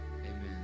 amen